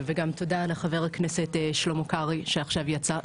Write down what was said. וגם תודה לחבר הכנסת שלמה קרעי שעכשיו יצא.